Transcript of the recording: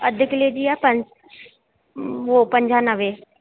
अधि किले जी आहे पं वो पंजानवे